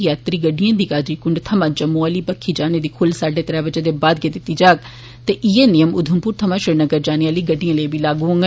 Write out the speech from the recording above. यात्री गड्डिएं गी काजीगुंड थमां जम्मू आली बक्खी जाने दी खुल्ल साड्डे त्रै बजे दे बाद गै दित्ती जाग ते इयै नियम उधमपुर थमां श्रीनगर जाने आलिएं गड़िडएं लेई बी लागू होग